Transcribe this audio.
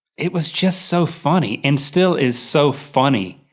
it was just so funny, and still is so funny.